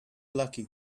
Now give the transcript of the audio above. lucky